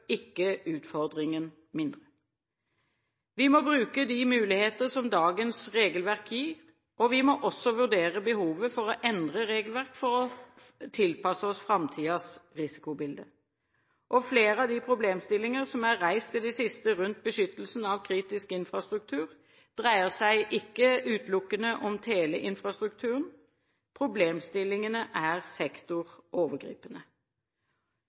ikke utfordringen mindre. Vi må bruke de muligheter som dagens regelverk gir, og vi må også vurdere behovet for å endre regelverket for å tilpasse oss framtidens risikobilde. Flere av de problemstillingene som i det siste er reist rundt beskyttelsen av kritisk infrastruktur, dreier seg ikke utelukkende om teleinfrastrukturen. Problemstillingene er